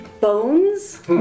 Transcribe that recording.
bones